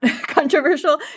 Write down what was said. controversial